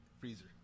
freezer